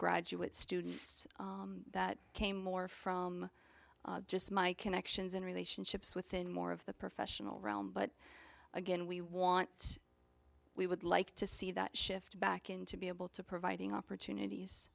graduate students that came more from just my connections and relationships within more of the professional realm but again we want we would like to see that shift back in to be able to providing opportunities